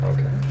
Okay